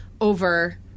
over